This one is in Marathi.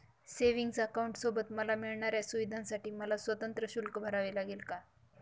सेविंग्स अकाउंटसोबत मला मिळणाऱ्या सुविधांसाठी मला स्वतंत्र शुल्क भरावे लागेल का?